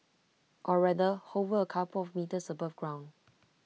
or rather hover A couple of metres above ground